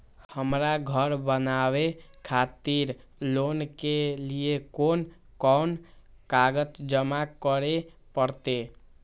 हमरा घर बनावे खातिर लोन के लिए कोन कौन कागज जमा करे परते?